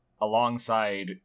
alongside